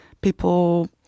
people